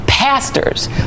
pastors